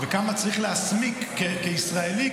וכמה צריך להסמיק כישראלי,